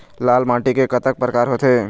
लाल माटी के कतक परकार होथे?